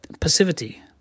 passivity